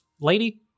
lady